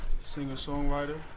singer-songwriter